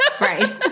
Right